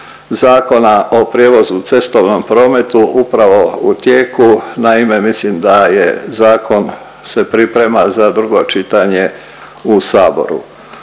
Zakona o prijevozu u cestovnim prometu upravo u tijeku. Naime, mislim da je zakon se priprema za drugo čitanje u saboru.